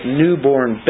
newborn